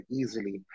easily